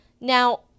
Now